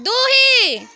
ଦୁଇ